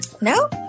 No